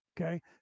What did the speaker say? okay